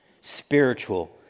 spiritual